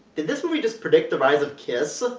did this movie just predict the rise of kiss?